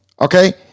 Okay